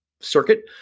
circuit